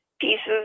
pieces